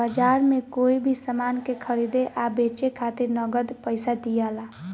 बाजार में कोई भी सामान के खरीदे आ बेचे खातिर नगद पइसा दियाला